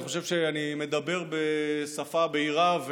אני חושב שאני מדבר בשפה בהירה,